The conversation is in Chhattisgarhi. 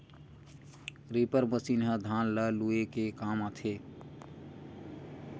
रीपर मसीन ह धान ल लूए के काम आथे